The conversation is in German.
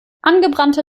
angebrannte